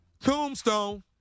Tombstone